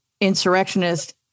insurrectionists